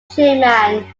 chairman